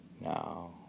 now